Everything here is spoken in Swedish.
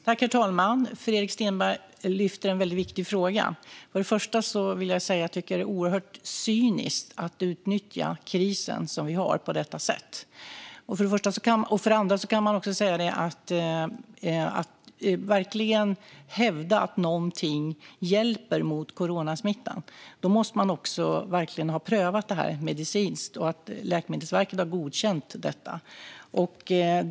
Herr talman! Fredrik Stenberg lyfter en väldigt viktig fråga. För det första vill jag säga att jag tycker att det är oerhört cyniskt att på detta sätt utnyttja den kris som vi har. För det andra kan jag säga: För att kunna hävda att något hjälper mot coronasmittan måste man ha prövat det medicinskt, och Läkemedelsverket ska ha godkänt det.